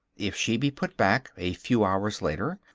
if she be put back, a few hours later,